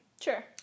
sure